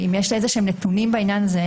ואם יש איזה שהם נתונים בעניין הזה,